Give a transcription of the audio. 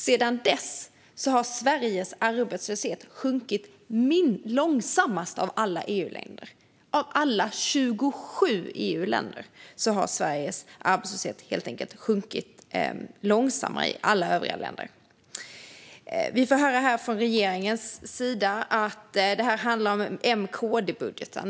Sedan dess har dock Sveriges arbetslöshet sjunkit långsammare än i alla EU:s övriga 27 medlemsländer. Regeringen säger att det handlar om M-KD-budgeten.